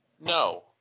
No